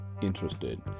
interested